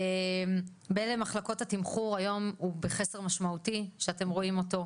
באילו מחלקות התמחור היום הוא בחסר משמעותי שאתם רואים אותו,